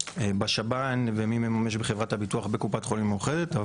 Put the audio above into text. בשב"ן ומי מממש בחברת הביטוח בקופת חולים מאוחדת,